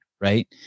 Right